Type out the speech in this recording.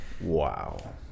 wow